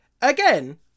again